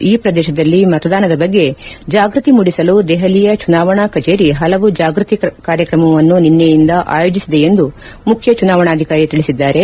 ಈ ಪ್ರದೇತದಲ್ಲಿ ಮತದಾನದ ಬಗ್ಗೆ ಜಾಗೃತಿ ಮೂಡಿಸಲು ದೆಹಲಿಯ ಚುನಾವಣಾ ಕಚೇರಿ ಹಸಲವು ಜಾಗೃತಿ ಕಾರ್ಯಕ್ರಮವನ್ನು ನಿನ್ನೆಯಿಂದ ಆಯೋಜಿಸಿದೆ ಎಂದು ಮುಖ್ಯ ಚುನಾವಣಾಧಿಕಾರಿ ತಿಳಿಸಿದ್ದಾರೆ